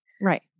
right